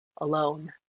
alone